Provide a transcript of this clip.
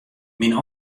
myn